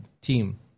team